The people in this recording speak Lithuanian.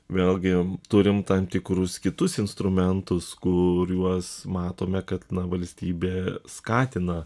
vėlgi turim tam tikrus kitus instrumentus kuriuos matome kad valstybė skatina